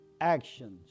actions